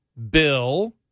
bill